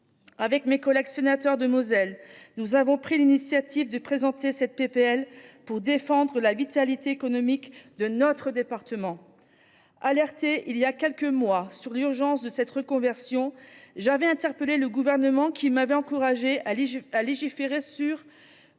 Avec mes collègues sénateurs de Moselle, nous avons pris l’initiative de présenter ce texte pour défendre la vitalité économique de notre département. Alertée il y a quelques mois sur l’urgence de cette reconversion, j’avais interpellé le Gouvernement, qui m’avait encouragée à légiférer sur